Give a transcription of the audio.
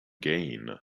gain